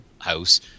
house